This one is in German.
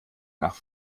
nach